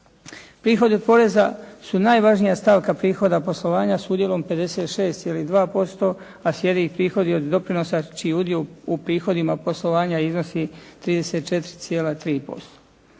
Prihodi od poreza su najvažnija stavka prihoda poslovanja s udjelom 56,2% a slijede ih prihodi od doprinosa čiji udio u prihodima poslovanja iznosi 34,3%.